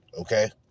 Okay